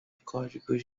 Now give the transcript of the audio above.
códigos